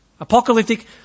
Apocalyptic